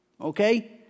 Okay